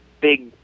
big